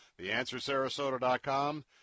TheAnswerSarasota.com